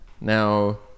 now